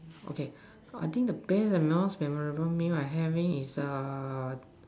okay I think the best or most memorable I having is err